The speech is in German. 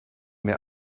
mir